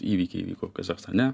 įvykiai vyko kazachstane